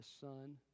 son